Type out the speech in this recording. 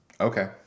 Okay